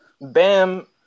Bam